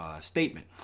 statement